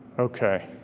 okay,